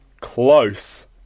Close